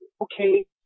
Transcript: okay